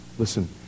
listen